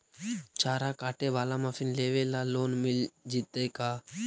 चारा काटे बाला मशीन लेबे ल लोन मिल जितै का?